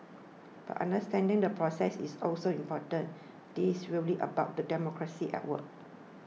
but understanding the process is also important this really about the democracy at work